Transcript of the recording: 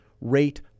rate